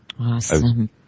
Awesome